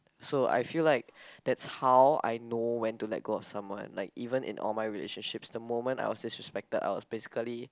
so I feel like that's how I know when to let go of someone even in all my relationships the moment I was disrespected I was basically